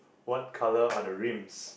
what colour are the rims